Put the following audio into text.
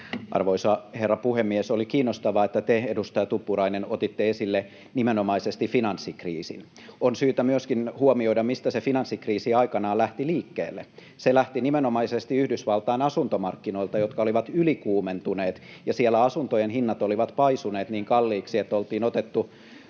Arvoisa herra puhemies! Oli kiinnostavaa, että te, edustaja Tuppurainen, otitte esille nimenomaisesti finanssikriisin. On syytä myöskin huomioida, mistä se finanssikriisi aikanaan lähti liikkeelle. Se lähti nimenomaisesti Yhdysvaltain asuntomarkkinoilta, jotka olivat ylikuumentuneet, ja siellä asuntojen hinnat olivat paisuneet niin kalliiksi, että oltiin otettu